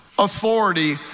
Authority